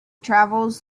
travels